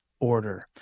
order